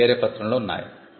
అవి వేరే పత్రంలో ఉన్నాయి